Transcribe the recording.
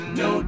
no